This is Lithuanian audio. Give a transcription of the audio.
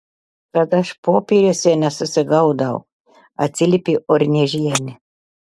kad aš popieriuose nesusigaudau atsiliepė urniežienė